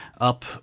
up